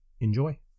enjoy